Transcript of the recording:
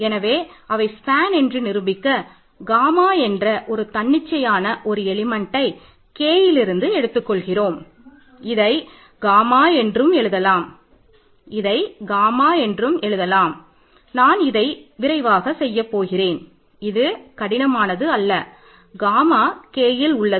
எனவே bj Lல் உள்ளது